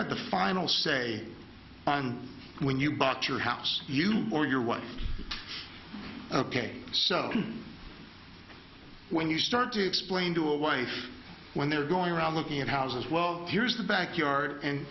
had the final say on when you bought your house you or your wife again so when you start to explain to a wife when they're going around looking at houses well here's the backyard and